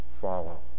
follow